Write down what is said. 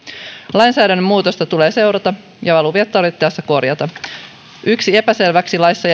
lainsäädännön muutosta tulee seurata ja valuviat tarvittaessa korjata yksi epäselväksi laissa